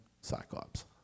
Cyclops